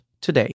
today